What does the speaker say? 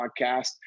podcast